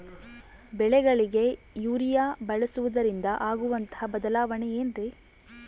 ಬೆಳೆಗಳಿಗೆ ಯೂರಿಯಾ ಬಳಸುವುದರಿಂದ ಆಗುವಂತಹ ಬದಲಾವಣೆ ಏನ್ರಿ?